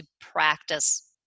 practice